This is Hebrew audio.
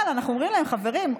אבל אנחנו אומרים להם: חברים,